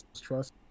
trust